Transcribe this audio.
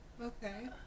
okay